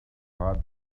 heart